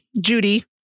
judy